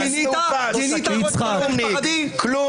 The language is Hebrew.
גינית את רצח משפחת די?